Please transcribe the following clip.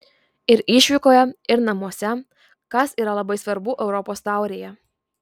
ir išvykoje ir namuose kas yra labai svarbu europos taurėje